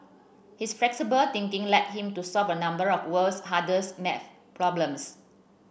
his flexible thinking led him to solve a number of the world's hardest math problems